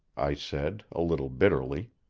i said, a little bitterly.